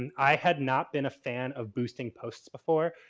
and i had not been a fan of boosting posts before.